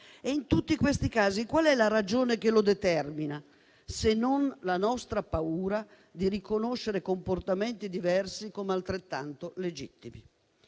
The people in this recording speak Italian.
In tutti questi casi qual è la ragione che lo determina, se non la nostra paura di riconoscere comportamenti diversi come altrettanto legittimi?